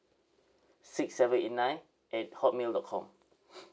six seven eight nine at hotmail dot com